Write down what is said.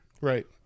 Right